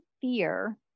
fear